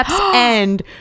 end